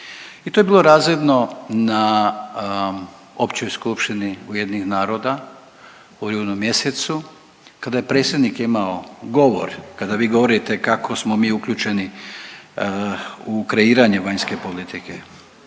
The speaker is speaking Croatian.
i to je bilo razvidno na Općoj skupštini UN-a u rujnu mjesecu kada je predsjednik imao govor. Kada vi govorite kako smo mi uključeni u kreiranje vanjske politike